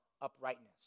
uprightness